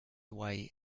away